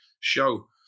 show